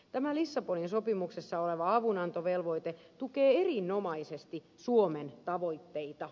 tämä lissabonin sopimuksessa oleva avunantovelvoite tukee erinomaisesti suomen tavoitteita